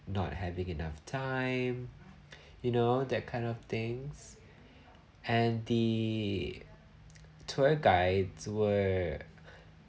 not having enough time you know that kind of things and the tour guides were